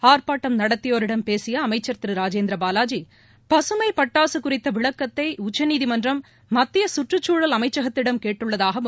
ஆர்ப்பாட்டம் நடத்தியோரிடம் பேசிய அமைச்சர் திரு ராஜேந்திர பாலாஜி பசுமை பட்டாசு குறித்த விளக்கத்தை உச்சநீதிமன்றம் மத்திய சுற்றுச்சூழல் அமைச்சகத்திடம் கேட்டுள்ளதாகவும்